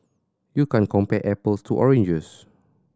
you can't compare apples to oranges